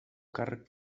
càrrec